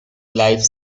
life